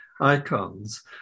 icons